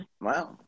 wow